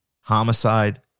homicide